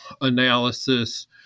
analysis